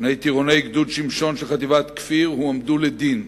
שני טירוני גדוד שמשון של חטיבת כפיר הועמדו לדין.